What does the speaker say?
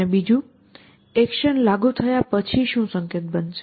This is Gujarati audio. અને બીજું એક્શન લાગુ થયા પછી શું સંકેત બનશે